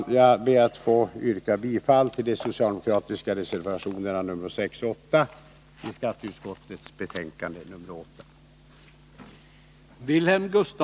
Jag ber att få yrka bifall till de socialdemokratiska reservationerna 6 och 8 i skatteutskottets betänkande 8.